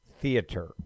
theater